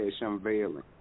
unveiling